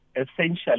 essentially